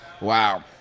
Wow